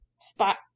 spot